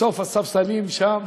בסוף הספסלים שם,